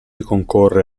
concorre